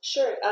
Sure